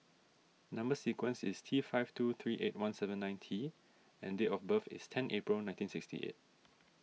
Number Sequence is T five two three eight one seven nine T and date of birth is ten April nineteen sixty eight